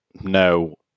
no